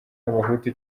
abahutu